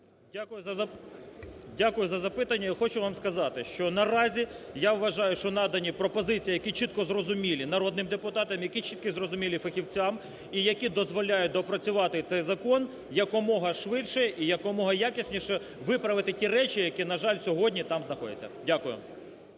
Дякую за запитання. І хочу вам сказати, що наразі, що надані пропозиції, які чітко зрозумілі народним депутатам, які чітко зрозумілі фахівцям і які дозволяють доопрацювати цей закон якомога швидше і якомога якісніше виправити ті речі, які, на жаль, сьогодні там знаходяться. Дякую.